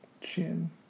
chin